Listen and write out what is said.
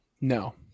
No